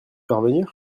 parvenir